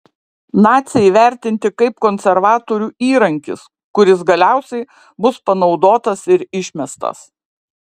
naciai vertinti kaip konservatorių įrankis kuris galiausiai bus panaudotas ir išmestas